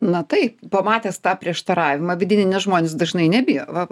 na taip pamatęs tą prieštaravimą vidinį nes žmonės dažnai nebijo va